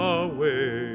away